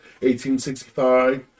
1865